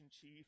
chief